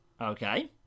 Okay